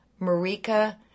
Marika